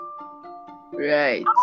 Right